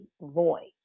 voice